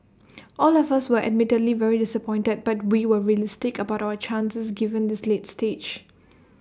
all of us were admittedly very disappointed but we were realistic about our chances given this late stage